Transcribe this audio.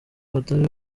batari